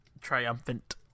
triumphant